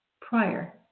prior